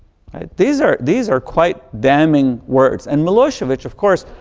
these are these are quite damning words. and milosevic, of course,